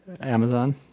Amazon